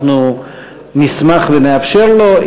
אנחנו נשמח ונאפשר לו.